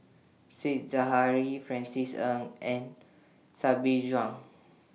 Said Zahari Francis Ng and Sabri Buang